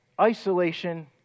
isolation